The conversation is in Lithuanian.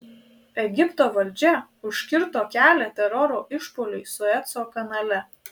egipto valdžia užkirto kelią teroro išpuoliui sueco kanale